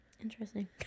Interesting